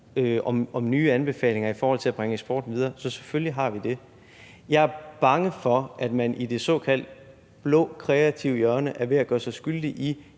om nye anbefalinger i forhold til at bringe eksporten videre. Så selvfølgelig har vi det. Jeg er bange for, at man i det såkaldt blå, kreative hjørne er ved at gøre sig skyldig i